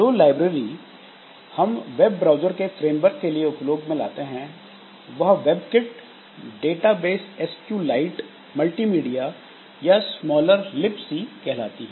जो लाइब्रेरी हम web browser के फ्रेमवर्क के लिए उपयोग में लाते हैं वह WebKit database SQLite multimedia या स्मॉलर लिबसी कहलाती है